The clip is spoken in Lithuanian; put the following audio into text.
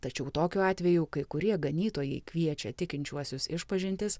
tačiau tokiu atveju kai kurie ganytojai kviečia tikinčiuosius išpažintis